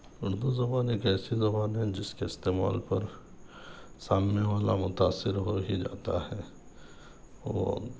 اُردو زبان ایک ایسی زبان ہے جِس کے استعمال پر سامنے والا متاثر ہو ہی جاتا ہے اور